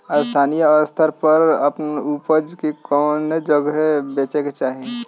स्थानीय स्तर पर अपने ऊपज के कवने जगही बेचे के चाही?